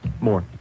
More